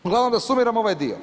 Uglavnom, da sumiram ovaj dio.